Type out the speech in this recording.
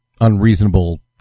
unreasonable